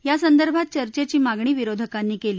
या संदर्भात चर्चेची मागणी विरोधकांनी केली